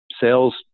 sales